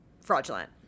fraudulent